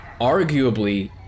arguably